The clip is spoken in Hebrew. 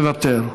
מוותר,